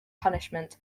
punishment